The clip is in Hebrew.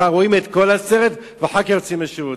רואים את כל הסרט ואחר כך יוצאים מהשירותים.